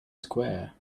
square